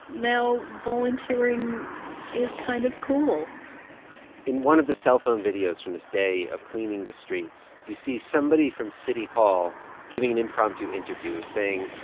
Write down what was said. now volunteering is kind of cool in one of the cell phone videos from this day of cleaning the streets, you see somebody from city hall giving an impromptu interview, saying.